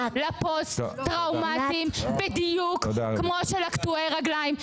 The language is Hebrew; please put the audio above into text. הגדלה של רכב שהפוסט טראומטיים גם ככה מקבלים,